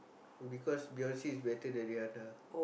because Beyonce is better than Rihanna